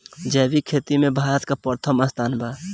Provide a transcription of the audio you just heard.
जैविक खेती में भारत का प्रथम स्थान बा